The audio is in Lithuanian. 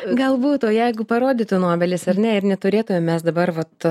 galbūt o jeigu parodytų nobelis ar ne ir neturėtume mes dabar vat